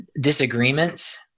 disagreements